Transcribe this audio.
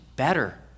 better